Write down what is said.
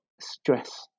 stress